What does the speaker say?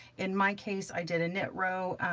in my case, i did a knit row,